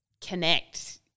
connect